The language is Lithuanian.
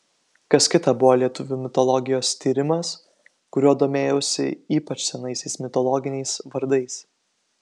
kas kita buvo lietuvių mitologijos tyrimas kuriuo domėjausi ypač senaisiais mitologiniais vardais